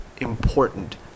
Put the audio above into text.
important